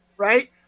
Right